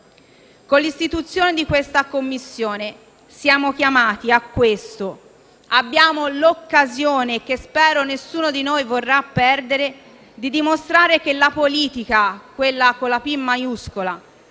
Con l'istituzione della Commissione in oggetto siamo chiamati a questo: abbiamo l'occasione, che spero nessuno di noi vorrà perdere, di dimostrare che la politica, quella con la «P» maiuscola,